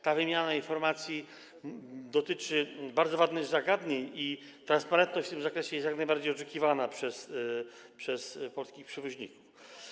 Ta wymiana informacji dotyczy bardzo ważnych zagadnień i transparentność w tym zakresie jest jak najbardziej oczekiwana przez polskich przewoźników.